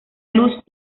luz